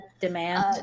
demand